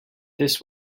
this